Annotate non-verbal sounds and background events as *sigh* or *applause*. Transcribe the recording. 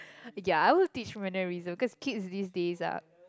*breath* ya I will teach mannerism because kids these days are